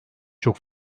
çok